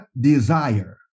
desire